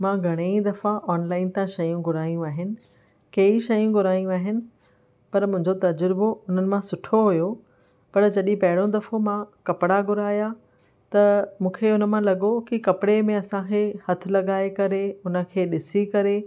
मां घणेई दफ़ा ऑनलाइन तव्हां शयूं घुराइयूं आहिनि केॾी शयूं घुराई आहिनि पर मुंहिंजो तज़ुर्बो हुननि मां सुठो हुओ पर जॾहिं पहिरों दफ़ो मां कपिड़ा घुरायां त मूंखे हुन मां लॻो कि कपिड़े में असांखे हथु लॻाए करे हुनखे ॾिसी करे